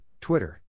Twitter